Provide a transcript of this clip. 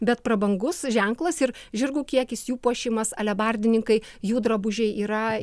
bet prabangus ženklas ir žirgų kiekis jų puošimas alebardininkai jų drabužiai yra